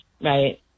right